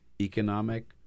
economic